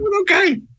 Okay